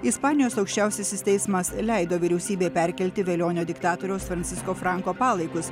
ispanijos aukščiausiasis teismas leido vyriausybei perkelti velionio diktatoriaus fransisko franko palaikus